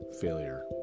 failure